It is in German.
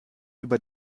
über